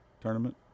tournament